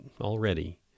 already